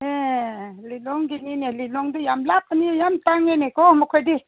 ꯑꯦ ꯂꯤꯂꯣꯡꯒꯤꯅꯤꯅꯦ ꯂꯤꯂꯣꯡꯗꯨ ꯌꯥꯝ ꯂꯥꯞꯄꯅꯤ ꯌꯥꯝ ꯇꯥꯡꯉꯦꯅꯦꯀꯣ ꯃꯈꯣꯏꯗꯤ